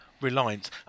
reliance